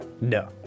No